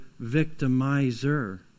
victimizer